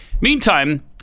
Meantime